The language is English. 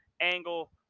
angle